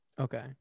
Okay